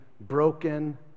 broken